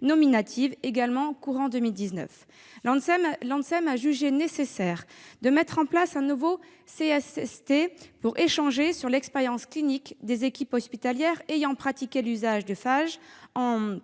nominatives, ou ATU, également courant 2019. L'ANSM a jugé nécessaire de mettre en place un nouveau CSST pour échanger sur l'expérience clinique des équipes hospitalières ayant pratiqué l'usage de phages en